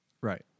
Right